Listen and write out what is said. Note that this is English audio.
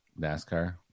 NASCAR